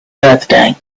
birthday